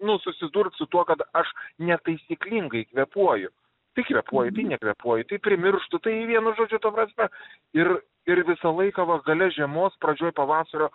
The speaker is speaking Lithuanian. nu susidurt su tuo kad aš netaisyklingai kvėpuoju tai kvėpuoji tai nekvėpuoji tai primirštu tai vienu žodžiu ta prasme ir ir visą laiką va gale žiemos pradžioj pavasario